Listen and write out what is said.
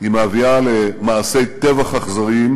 היא מביאה למעשי טבח אכזריים